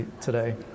today